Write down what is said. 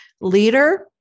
leader